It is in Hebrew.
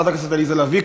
חברת הכנסת עליזה לביא,